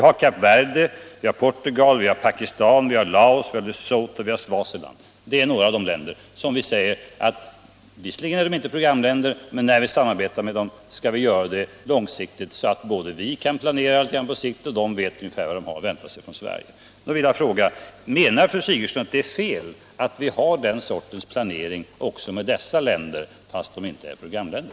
Kap Verde, Portugal, Pakistan, Laos, Lesotho och Swaziland är visserligen inte programländer, men när vi samarbetar med dem skall vi göra det långsiktigt, så att vi kan planera på sikt och så att de vet ungefär vad de har att vänta sig av Sverige. Menar fru Sigurdsen att det är fel med detta slags samarbete med dessa länder fastän de inte är programländer?